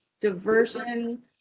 Diversion